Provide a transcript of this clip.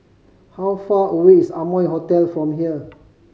how far away is Amoy Hotel from here